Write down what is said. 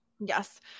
yes